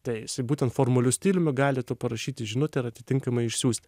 tai jisai būtent formuliu stiliumi gali tau parašyti žinutę ir atitinkamai išsiųsti